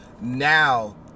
now